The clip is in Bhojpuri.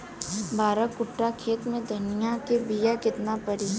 बारह कट्ठाखेत में धनिया के बीया केतना परी?